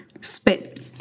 spit